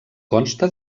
consta